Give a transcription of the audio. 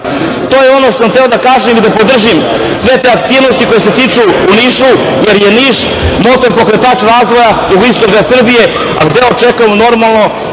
je ono što sam hteo da kažem i da podržim sve te aktivnosti koje se tiču Niša jer je Niš motor pokretač razvoja jugoistoka Srbije, a gde očekujemo normalno